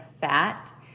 fat